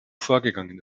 vorgegangen